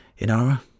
inara